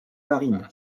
marine